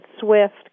swift